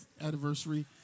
Anniversary